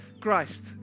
Christ